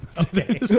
okay